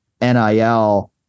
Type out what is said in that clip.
nil